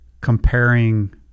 comparing